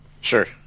Sure